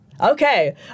okay